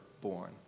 born